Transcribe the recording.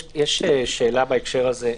יש שלוש שאלות בהקשר הזה.